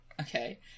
Okay